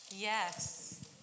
Yes